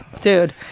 Dude